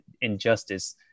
injustice